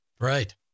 Right